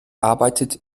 arbeitet